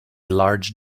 large